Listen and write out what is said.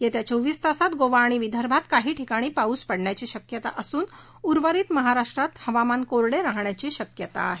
येत्या चोवीस तासात गोवा आणि विदर्भात काही ठिकाणी पाऊस पडण्याची शक्यता असून उर्वरित महाराष्ट्रात हवामान कोरडे राहण्याची शक्यता आहे